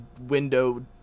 window